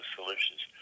solutions